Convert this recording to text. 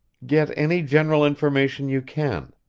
get any general information you can.